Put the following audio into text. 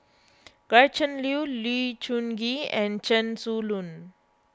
Gretchen Liu Lee Choon Kee and Chen Su Lan